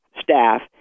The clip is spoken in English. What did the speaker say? staff